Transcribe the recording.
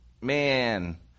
man